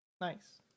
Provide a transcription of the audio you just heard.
Nice